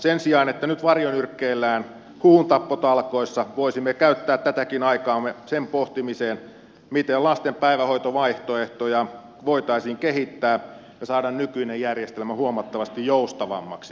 sen sijaan että nyt varjonyrkkeillään huhuntappotalkoissa voisimme käyttää tätäkin aikaamme sen pohtimiseen miten lasten päivähoitovaihtoehtoja voitaisiin kehittää ja saada nykyinen järjestelmä huomattavasti joustavammaksi